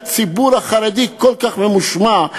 הציבור החרדי כל כך ממושמע,